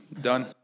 done